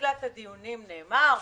מתחילת הדיונים נאמר,